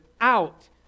out